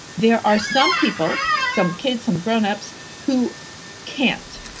there are some people, some kids, some grownups, who can't.